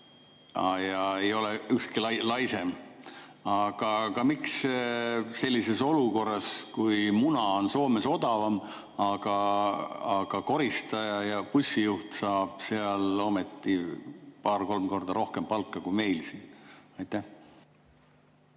Ei ole ükski laisem. Aga miks sellises olukorras, kus muna on Soomes odavam, saab koristaja ja bussijuht seal ometi paar-kolm korda rohkem palka kui meil siin? Hea